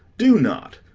do not.